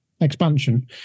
expansion